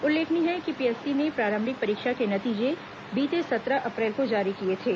उल्लेखनीय है कि पीएससी ने प्रारंभिक परीक्षा के नतीजे बीते सत्रह अप्रैल को जारी किए थे